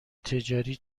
تجاری